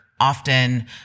often